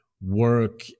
work